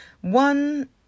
One